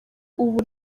ubu